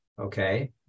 Okay